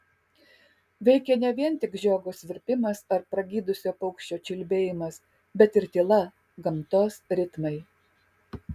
veikė ne vien tik žiogo svirpimas ar pragydusio paukščio čiulbėjimas bet ir tyla gamtos ritmai